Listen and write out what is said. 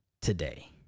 today